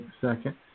second